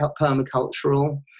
permacultural